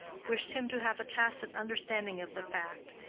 wished him to have a tacit understanding of the fact,